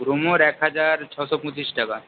grow more এক হাজার ছশো পঁচিশ টাকা